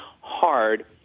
hard